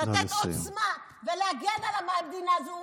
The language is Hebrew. לתת עוצמה ולהגן על המדינה הזאת,